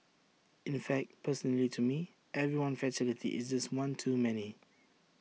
in fact personally to me every one fatality is just one too many